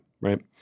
right